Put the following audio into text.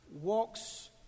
walks